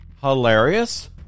hilarious